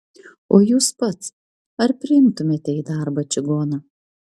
o jūs pats ar priimtumėte į darbą čigoną